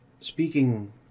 speaking